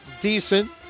decent